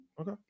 Okay